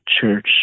church